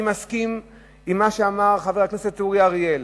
אני מסכים עם מה שאמר חבר הכנסת אורי אריאל,